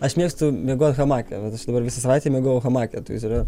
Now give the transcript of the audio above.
aš mėgstu miegot hamake dabar visą savaitę miegojau hamake tai jis yra